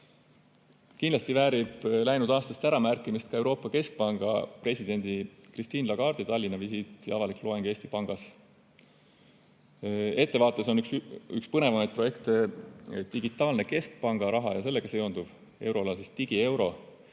loeb. Kindlasti väärib läinud aastast äramärkimist ka Euroopa Keskpanga presidendi Christine Lagarde'i Tallinna visiit ja avalik loeng Eesti Pangas. Ettevaates on üks põnevamaid projekte digitaalne keskpanga raha ja sellega seonduv euroala digieuro,